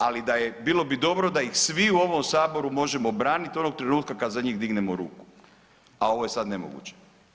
Ali bilo bi dobro da ih svi u ovom Saboru možemo braniti onog trenutka kad za njih dignemo ruku, a ovo je sad nemoguće.